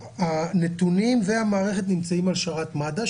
הנתונים והמערכת נמצאים על שרת מד"א,